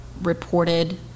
reported